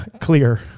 clear